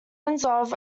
islands